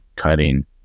cutting